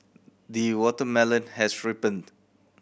the watermelon has ripened